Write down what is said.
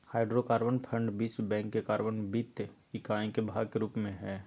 hydrocarbon fund विश्व bank के carbon वित्त इकाई के भाग के रूप में हइ